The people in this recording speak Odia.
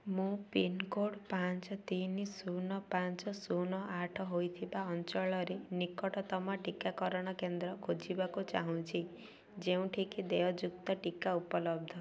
ମୁଁ ପିନ୍କୋଡ଼୍ ପାଞ୍ଚ ତିନି ଶୂନ ପାଞ୍ଚ ଶୂନ ଆଠ ହୋଇଥିବା ଅଞ୍ଚଳରେ ନିକଟତମ ଟୀକାକରଣ କେନ୍ଦ୍ର ଖୋଜିବାକୁ ଚାହୁଁଛି ଯେଉଁଠିକି ଦେୟଯୁକ୍ତ ଟିକା ଉପଲବ୍ଧ